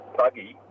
buggy